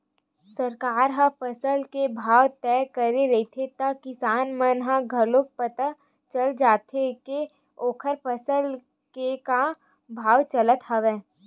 सरकार ह फसल के भाव तय करे रहिथे त किसान मन ल घलोक पता चल जाथे के ओखर फसल के का भाव चलत हवय